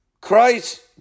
Christ